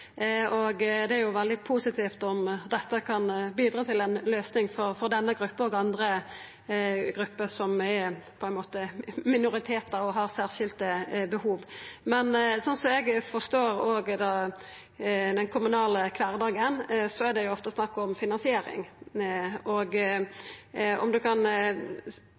Det er veldig positivt om det kan bidra til ei løysing for denne gruppa og andre grupper som på ein måte er minoritetar og har særskilde behov. Slik eg forstår den kommunale kvardagen, er det ofte snakk om finansiering. Kan statsråden seia meir om